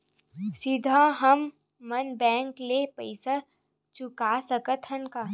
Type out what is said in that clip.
सीधा हम मन बैंक ले पईसा चुका सकत हन का?